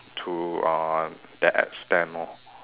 to uh that extent lor